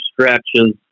stretches